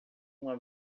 uma